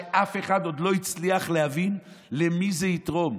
שאף אחד עוד לא הצליח להבין למי זה יתרום.